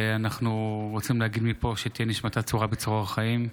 אנחנו רוצים להגיד מפה שתהיה נשמתה צרורה בצרור החיים,